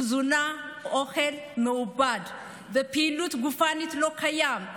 תזונה, אוכל מעובד ופעילות גופנית לא קיימת.